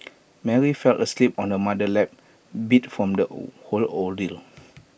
Mary fell asleep on her mother's lap beat from the whole ordeal